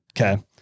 Okay